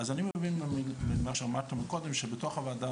אני מבין ממה שאמרת קודם שבתוך הוועדה